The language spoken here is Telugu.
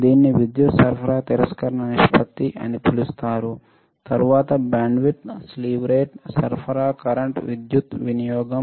దీనిని విద్యుత్ సరఫరా తిరస్కరణ నిష్పత్తి అని పిలుస్తారు తర్వాత బ్యాండ్విడ్త్ స్లీవ్ రేటు సరఫరా కరెంట్ విద్యుత్ వినియోగం